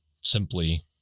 simply